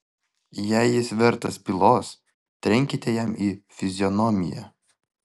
jei jis vertas pylos trenkite jam į fizionomiją